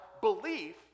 belief